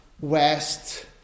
west